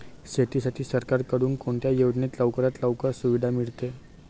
शेतीसाठी सरकारकडून कोणत्या योजनेत लवकरात लवकर सुविधा मिळते?